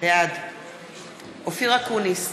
בעד אופיר אקוניס,